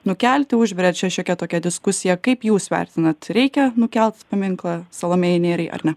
nukelti užvirė čia šiokia tokia diskusija kaip jūs vertinat reikia nukelt paminklą salomėjai nėriai ar ne